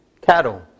cattle